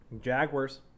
jaguars